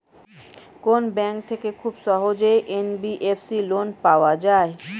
কোন ব্যাংক থেকে খুব সহজেই এন.বি.এফ.সি লোন পাওয়া যায়?